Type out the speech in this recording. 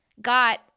got